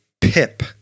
Pip